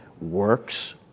works